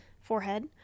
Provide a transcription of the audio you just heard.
forehead